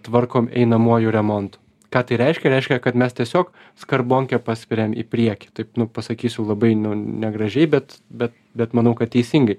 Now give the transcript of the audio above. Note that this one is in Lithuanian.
tvarkom einamuoju remontu ką tai reiškia reiškia kad mes tiesiog skarbonkę paspiriam į priekį taip nu pasakysiu labai nu negražiai bet bet bet manau kad teisingai